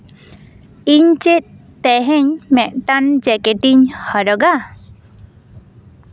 ᱤᱧ ᱪᱮᱫ ᱛᱮᱦᱮᱧ ᱢᱤᱫᱴᱟᱝ ᱡᱮᱠᱮᱴᱤᱧ ᱦᱚᱨᱚᱜᱟ